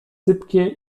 sypkie